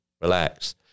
relax